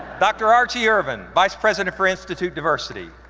dr. archie ervin, vice president for institute diversity.